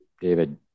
David